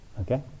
Okay